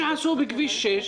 כפי שעשו בכביש 6,